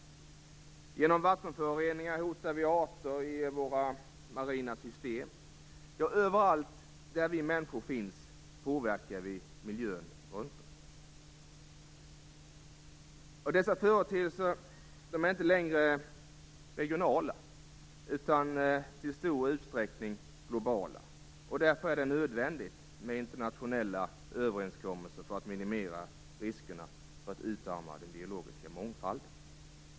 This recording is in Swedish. Genom vattenföroreningar hotar vi arter i våra marina system. Ja, överallt där vi människor finns påverkar vi miljön runt oss. Dessa företeelser är inte längre regionala, utan till stor utsträckning globala. Därför är det nödvändigt med internationella överenskommelser för att minimera riskerna för att utarma den biologiska mångfalden.